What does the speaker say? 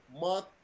month